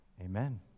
Amen